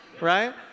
right